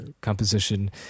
composition